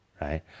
right